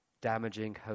damaging